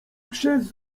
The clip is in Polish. przez